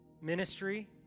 Ministry